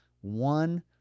one